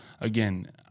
again